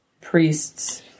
priests